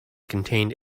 contained